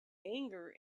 anger